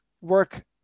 work